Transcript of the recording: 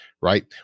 right